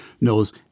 knows